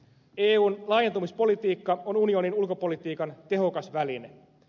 eun laajentumispolitiikka on unionin ulkopolitiikan tehokas väline